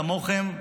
כמוכם,